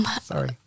Sorry